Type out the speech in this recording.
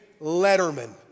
Letterman